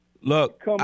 Look